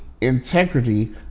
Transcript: integrity